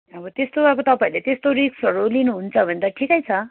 अब त्यस्तो अब तपाईँहरूले त्यस्तो रिस्कहरू लिनुहुन्छ भने त ठिकै छ